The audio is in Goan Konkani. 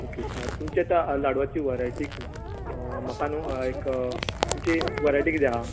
ऑके तुमच्या त्या लाडवांची वरायटी म्हाका नू एक तुमची वरायटी कितें आसा